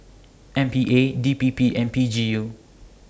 M P A D P P and P G U